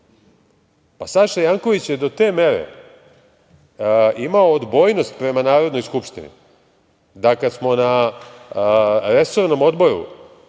Pa Saša Janković je do te mere imao odbojnost prema Narodnoj skupštini, da kada smo se na resornom odboru